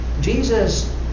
Jesus